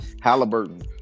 Halliburton